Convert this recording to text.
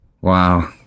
Wow